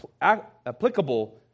applicable